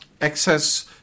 Excess